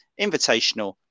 Invitational